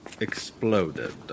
exploded